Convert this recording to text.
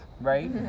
right